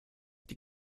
die